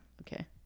Okay